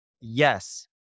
Yes